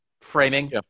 framing